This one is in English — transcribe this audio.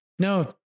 No